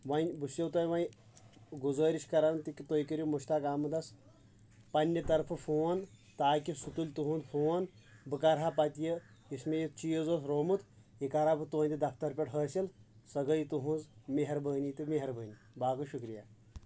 وۅنی بہٕ چھُسو تۅہہِ وۅنی گُزٲرِش کَران تہِ تُہی کٔرِو مشتاق اَحمدس پنٕنہِ طرفہٕ فون تاکہِ سُہ تُلہِ تُہنٛد فون بہٕ کَرٕ ہا پتہٕ یہِ یُس مےٚ یہِ چیٖز اوس روومُت یہِ کَرٕ ہا بہٕ تُہٕنٛدِ دفتر پٮ۪ٹھ حٲصِل سۅ گٔیہِ تُہٕنٛز مٮ۪ہربٲنی تہٕ مٮ۪ہربٲنی باقٕے شُکریہ